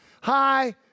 hi